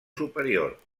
superior